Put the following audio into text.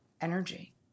energy